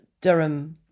Durham